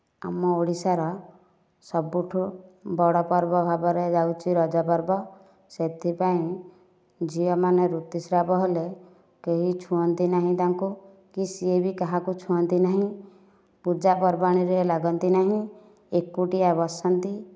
ଆମ ଓଡ଼ିଶାର ସବଠୁ ବଡ଼ ପର୍ବ ଭାବରେ ଯାଉଛି ରଜ ପର୍ବ ସେଥିପାଇଁ ଝିଆମନେ ଋତୁସ୍ରାବ ହେଲେ କେହି ଛୁଅନ୍ତି ନାହିଁ ତାଙ୍କୁ କି ସେ ବି କାହାକୁ ଛୁଅଁନ୍ତି ନାହିଁ ପୂଜା ପର୍ବାଣିରେ ଲାଗନ୍ତି ନାହିଁ ଏକୁଟିଆ ବସନ୍ତି